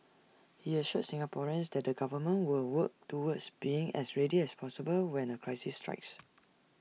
he assured Singaporeans that the government will work towards being as ready as possible when A crisis strikes